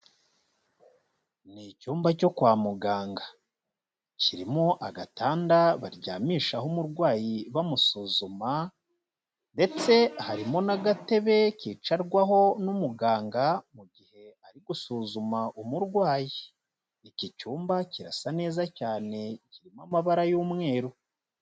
Ni icyumba cyo kwa muganga, kirimo agatanda baryamishaho umurwayi bamusuzuma, ndetse harimo n'agatebe kicarwaho n'umuganga, mu gihe ari gusuzuma umurwayi, iki cyumba kirasa neza cyane, kirimo amabara y'umweru.